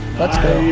let's go.